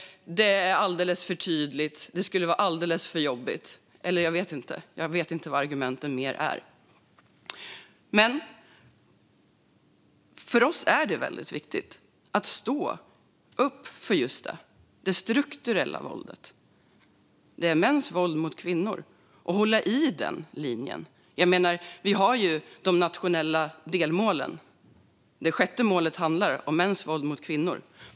Det är alldeles tydligt. Det skulle vara alldeles för jobbigt - eller, jag vet inte; jag vet inte vad argumenten är. För oss är det dock väldigt viktigt att stå upp för att det handlar om just ett strukturellt våld - mäns våld mot kvinnor - och hålla i den linjen. Vi har ju de nationella delmålen, och det sjätte delmålet handlar om mäns våld mot kvinnor.